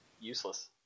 useless